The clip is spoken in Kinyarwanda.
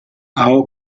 aho